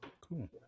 cool